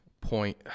point